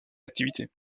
activités